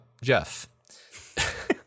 Jeff